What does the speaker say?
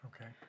Okay